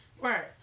Right